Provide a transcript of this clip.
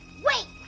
wait!